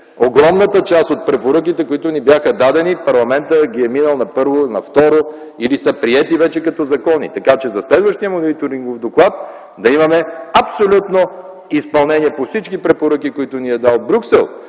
огромната част от дадените ни препоръки парламентът ги е минал на първо или второ четене и са приети вече като закони, така че за следващия мониторингов доклад да имаме абсолютно изпълнение по всички препоръки, които ни е дал Брюксел.